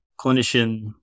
clinician